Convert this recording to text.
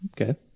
Okay